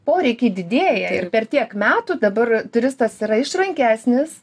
poreikiai didėja ir per tiek metų dabar turistas yra išrankesnis